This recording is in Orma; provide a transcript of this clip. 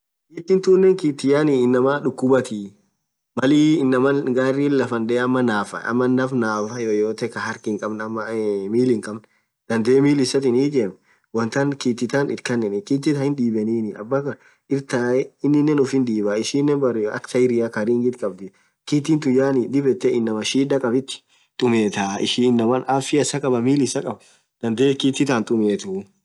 Kittin tunen kitti inamaa dhukubati maliii inaman garin lafaadhee ama nafaaae ama ñaam naafa yoyote khaa harkh inn khabne. aaa amaa mill hin khabne dhandhe mil isathin hii ijemuu wonn than kitii than itkhanenin kitii tan hindhibenin dhuathan irthae ininen ufii dhibaa ishinen berre akha tairia khaa ringhitun khabdhii kitin tun dhib yethee inamaa shida khadhithi tumetha ishii inamaa afia issa khabb mil issa khab dhandhe kiti than hin thumethu